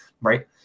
Right